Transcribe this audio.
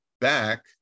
back